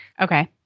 Okay